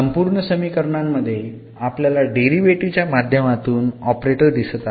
संपूर्ण समीकरणामध्ये आपल्याला डेरीवेटीव्ह च्या माध्यमातून ऑपरेटर दिसत आहेत